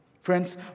Friends